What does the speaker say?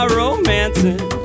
romancing